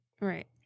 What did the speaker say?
right